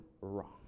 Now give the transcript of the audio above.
wrong